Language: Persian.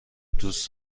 دوست